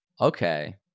Okay